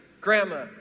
grandma